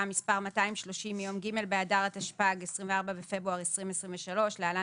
מספר 230 מיום ג' באדר התשפ"ג (24 בפברואר 2023) (להלן